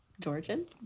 Georgian